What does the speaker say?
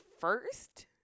first